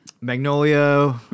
Magnolia